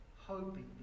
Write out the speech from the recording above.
hoping